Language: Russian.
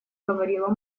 говорила